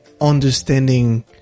understanding